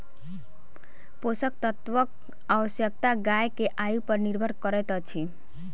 पोषक तत्वक आवश्यकता गाय के आयु पर निर्भर करैत अछि